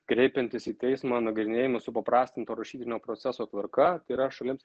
kreipiantis į teismą nagrinėjami supaprastinto rašytinio proceso tvarka tai yra šalims